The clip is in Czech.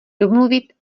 domluvit